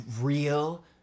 real